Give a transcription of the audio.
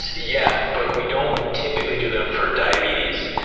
yeah but we don't typically do them for diabetes,